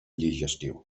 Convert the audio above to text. digestiu